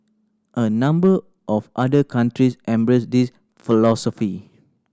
a number of other countries embrace this philosophy